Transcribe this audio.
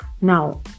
Now